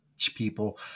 people